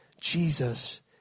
Jesus